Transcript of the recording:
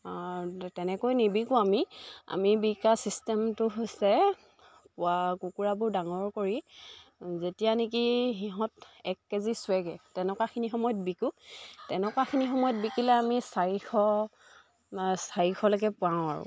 তেনেকৈ নিবিকো আমি আমি বিকা চিষ্টেমটো হৈছে কুকুৰাবোৰ ডাঙৰ কৰি যেতিয়া নেকি সিহঁত এক কেজি চুৱেগৈ তেনেকুৱাখিনি সময়ত বিকোঁ তেনেকুৱাখিনি সময়ত বিকিলে আমি চাৰিশ চাৰিশলৈকে পাওঁ আৰু